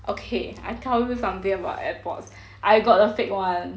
okay I tell you something about airpods I got the fake [one]